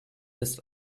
ist